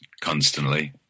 constantly